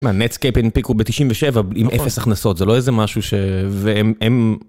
מה? נטסקייפ הנפיקו בתשעים ושבע, נכון. עם אפס הכנסות זה לא איזה משהו ש...והם, הם